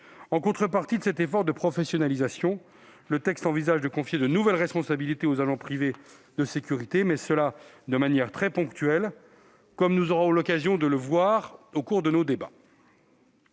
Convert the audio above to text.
En contrepartie de cet effort de professionnalisation, le texte prévoit de confier de nouvelles responsabilités aux agents privés de sécurité, mais de manière très ponctuelle, comme nous aurons l'occasion de le voir au cours du débat.